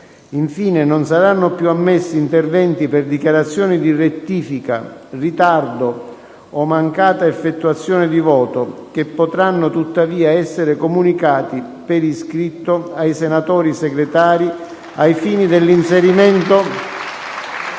Infine, non saranno piu ammessi interventi per dichiarazione di rettifica, ritardo o mancata effettuazione di voto, che potranno tuttavia essere comunicati per iscritto ai senatori Segretari (Applausi